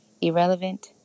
irrelevant